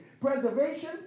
Preservation